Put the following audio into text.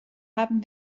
haben